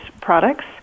products